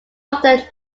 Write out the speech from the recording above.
often